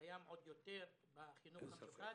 קיים עוד יותר בחינוך המיוחד.